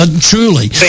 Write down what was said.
Truly